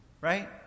Right